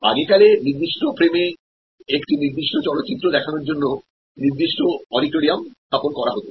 আগে কালে নির্দিষ্ট ফ্রেমে একটি নির্দিষ্ট চলচ্চিত্র দেখানোর জন্য নির্দিষ্ট অডিটোরিয়াম স্থাপন করা হত